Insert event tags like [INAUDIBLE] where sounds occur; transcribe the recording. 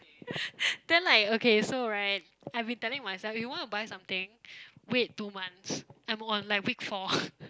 [LAUGHS] then like okay so right I've been telling myself if you want to buy something wait two months I am on like week four [LAUGHS]